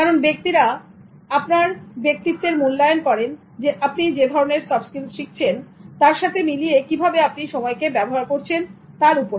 কারণ ব্যক্তিরা আপনার ব্যক্তিত্বের মূল্যায়ন করেন আপনি যে ধরনের সফট স্কিলস শিখেছেন তার সাথে মিলিয়ে কিভাবে আপনি সময়কে ব্যবহার করছেন তার উপর